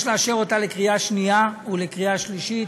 לאשר אותה לקריאה שנייה ולקריאה שלישית.